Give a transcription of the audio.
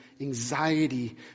anxiety